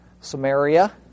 Samaria